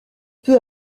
peu